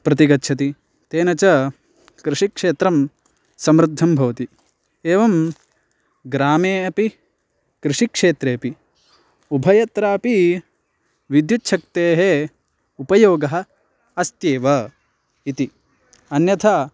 प्रति गच्छति तेन च कृषिक्षेत्रं समृद्धं भवति एवं ग्रामे अपि कृषिक्षेत्रेपि उभयत्रापि विद्युच्छक्तेः उपयोगः अस्त्येव इति अन्यथा